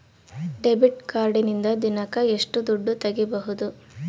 Debit ಕಾರ್ಡಿನಿಂದ ದಿನಕ್ಕ ಎಷ್ಟು ದುಡ್ಡು ತಗಿಬಹುದು?